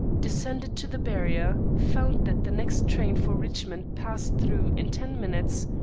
descended to the barrier, found that the next train for richmond passed through in ten minutes,